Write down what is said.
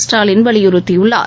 ஸ்டாலின் வலியுறுத்தியுள்ளார்